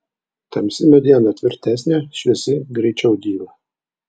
tamsi mediena tvirtesnė šviesi greičiau dyla